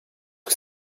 que